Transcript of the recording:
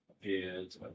appeared